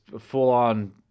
full-on